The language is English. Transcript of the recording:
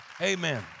Amen